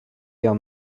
your